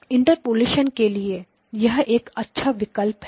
interpolation के लिए यह एक अच्छा विकल्प है